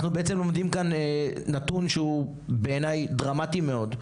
אנחנו בעצם לומדים כאן נתון שהוא בעיניי דרמטי מאוד,